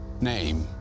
Name